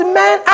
man